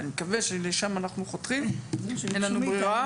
ואני מקווה שלשם אנחנו חותרים; אין לנו ברירה